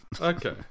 Okay